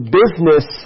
business